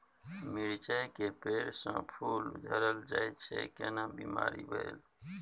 मिर्चाय के पेड़ स फूल झरल जाय छै केना बीमारी भेलई?